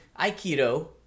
Aikido